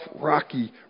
rocky